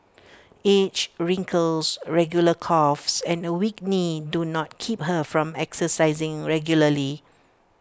age wrinkles regular coughs and A weak knee do not keep her from exercising regularly